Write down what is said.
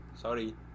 sorry